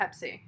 Pepsi